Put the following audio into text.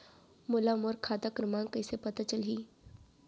मोला मोर खाता क्रमाँक कइसे पता चलही?